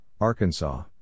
Arkansas